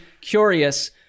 curious